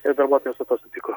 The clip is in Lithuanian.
ir darbuotojai su tuo sutiko